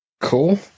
Cool